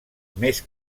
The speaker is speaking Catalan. més